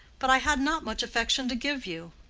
but i had not much affection to give you.